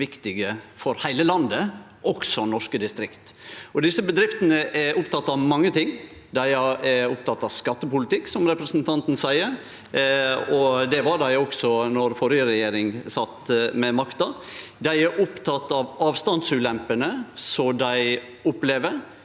for heile landet, også for norske distrikt. Desse bedriftene er opptekne av mange ting. Dei er opptekne av skattepolitikk, som representanten seier, og det var dei også då førre regjering sat med makta. Dei er opptekne av avstandsulempene som dei opplever.